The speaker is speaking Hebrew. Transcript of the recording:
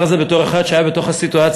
על הדבר הזה, בתור אחד שהיה בתוך הסיטואציה.